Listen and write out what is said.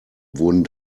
wurden